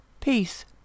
Peace